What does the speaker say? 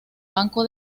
banco